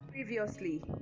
previously